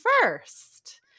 first